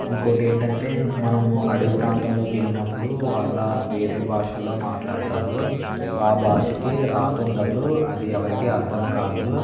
ఇంకొకటి ఏంటంటే మనము అడవి ప్రాంతంలో వెళ్ళినప్పుడు వాళ్ళు వేరే భాషల్లో మాట్లాడతారు ఆ భాషకి రాత ఉండదు అది ఎవరికి అర్థం కాదు